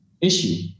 issue